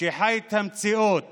שחי את המציאות